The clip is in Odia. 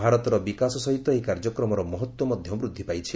ଭାରତର ବିକାଶ ସହିୀତ ଏହି କାର୍ଯ୍ୟକ୍ରମର ମହତ୍ତ୍ୱ ମଧ୍ୟ ବୂଦ୍ଧି ପାଇଛି